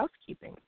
housekeeping